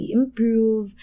improve